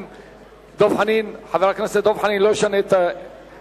אם חבר הכנסת דב חנין לא ישנה את החלטתו.